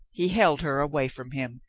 he held her away from him,